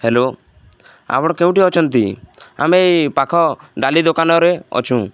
hello ଆପଣ କେଉଁଠି ଅଛନ୍ତି ଆମେ ଏଇ ପାଖ ଡାଲି ଦୋକାନରେ ଅଛୁଁ